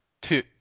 Two